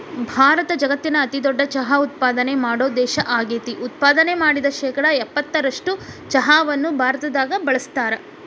ಭಾರತ ಜಗತ್ತಿನ ಅತಿದೊಡ್ಡ ಚಹಾ ಉತ್ಪಾದನೆ ಮಾಡೋ ದೇಶ ಆಗೇತಿ, ಉತ್ಪಾದನೆ ಮಾಡಿದ ಶೇಕಡಾ ಎಪ್ಪತ್ತರಷ್ಟು ಚಹಾವನ್ನ ಭಾರತದಾಗ ಬಳಸ್ತಾರ